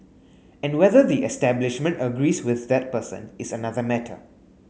and whether the establishment agrees with that person is another matter